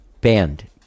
band